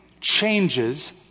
changes